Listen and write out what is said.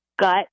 gut